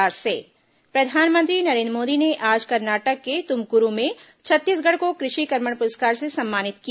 प्रधानमंत्री तुमक्रू प्रधानमंत्री नरेंद्र मोदी ने आज कर्नाटक के तुमकुरू में छत्तीसगढ़ को कृषि कर्मण पुरस्कार से सम्मानित किया